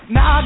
Now